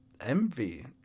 envy